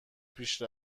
پیش